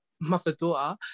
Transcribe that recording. mother-daughter